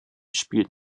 spielt